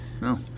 no